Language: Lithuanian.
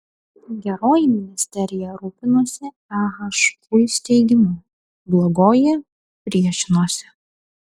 geroji ministerija rūpinosi ehu įsteigimu blogoji priešinosi